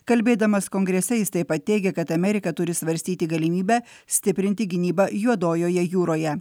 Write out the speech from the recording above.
kalbėdamas kongrese jis taip pat teigė kad amerika turi svarstyti galimybę stiprinti gynybą juodojoje jūroje